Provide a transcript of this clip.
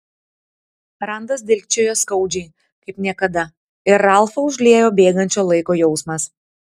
randas dilgčiojo skaudžiai kaip niekada ir ralfą užliejo bėgančio laiko jausmas